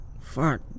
Fuck